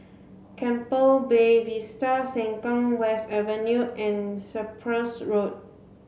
Keppel Bay Vista Sengkang West Avenue and Cyprus Road